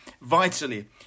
vitally